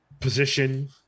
Position